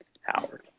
Howard